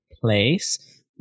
place